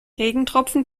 regentropfen